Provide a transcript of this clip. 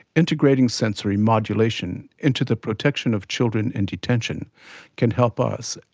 integrating sensory modulation into the protection of children in detention can help us,